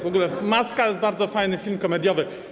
W ogóle „Maska” to bardzo fajny film komediowy.